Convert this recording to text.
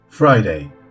Friday